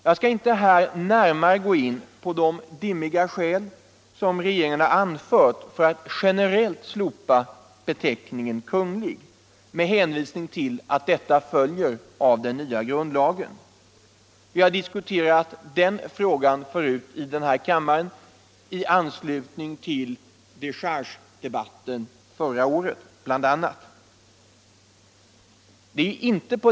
Jag skall här inte närmare gå in på de dimmiga skäl som regeringen anfört för att generellt slopa beteckningen Kunglig med hänvisning till att detta följer av den nya grundlagen vi har diskuterat den frågan förut i kammaren, bl.a. i anslutning till dechargedebatten förra året.